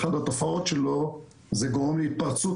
אחד התופעות שלו זה גורם להתפרצויות